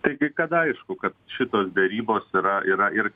taigi kad aišku kad šitos derybos yra yra ir